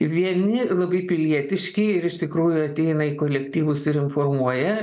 vieni labai pilietiški ir iš tikrųjų ateina į kolektyvus ir informuoja